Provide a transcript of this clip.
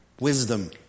wisdom